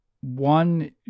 one